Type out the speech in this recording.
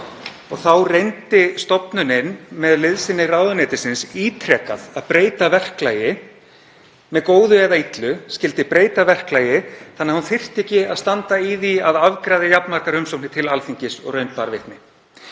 Þá reyndi stofnunin með liðsinni ráðuneytisins ítrekað að breyta verklagi; með góðu eða illu skyldi breyta verklagi þannig að hún þyrfti ekki að standa í því að afgreiða jafn margar umsóknir til Alþingis og raun bar vitni.